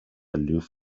aloof